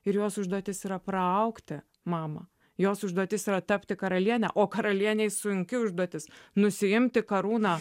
ir jos užduotis yra praaugti mamą jos užduotis yra tapti karaliene o karalienei sunki užduotis nusiimti karūną